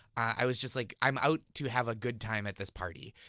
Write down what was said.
i was just like i'm out to have a good time at this party.